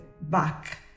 back